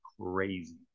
crazy